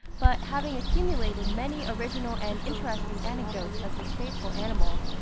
but having accumulated many original and interesting anecdotes of this faithful animal,